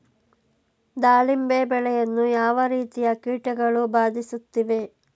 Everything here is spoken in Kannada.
ದಾಳಿಂಬೆ ಬೆಳೆಯನ್ನು ಯಾವ ರೀತಿಯ ಕೀಟಗಳು ಬಾಧಿಸುತ್ತಿವೆ?